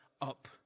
up